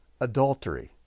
adultery